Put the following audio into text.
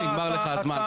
נגמר לך הזמן.